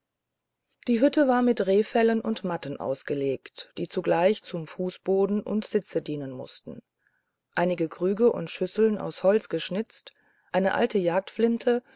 die hütte war mit rehfellen und matten ausgelegt die zugleich zum fußboden und sitze dienen mußten einige krüge und schüsseln aus holz geschnitzt eine alte